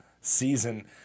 season